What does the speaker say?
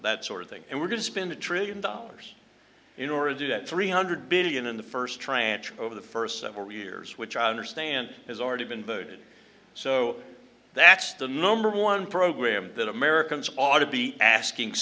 that sort of thing and we're going to spend a trillion dollars in order to do that three hundred billion in the first tranche over the first several years which i understand has already been voted so that's the number one program that americans ought to be asking